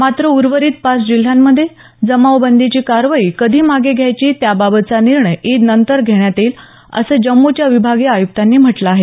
मात्र उर्वरित पाच जिल्ह्यांमध्ये जमाव बंदीची कारवाई कधी मागे घ्यायची त्याबाबतचा निर्णय ईदनंतर घेण्यात येईल असं जम्मूच्या विभागीय आयुक्तांनी म्हटलं आहे